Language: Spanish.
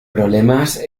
problemas